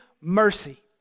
mercy